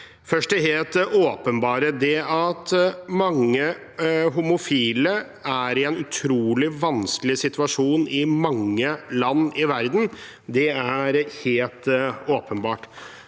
Først det helt åpenbare: Mange homofile er i en utrolig vanskelig situasjon i mange land i verden. Det er alt fra